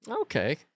Okay